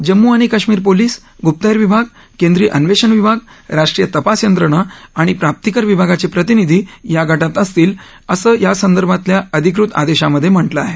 जम्मू आणि काश्मीर पोलीस गुप्हेर विभाग केंद्रीय अन्वेषण विभाग राष्ट्रीय तपास यंत्रणा आणि प्राप्तीकर विभागाचे प्रतिनिधी या गात असतील असं या संदर्भातल्या अधिकृत आदेशामध्ये म्हा किं आहे